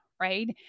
right